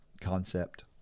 concept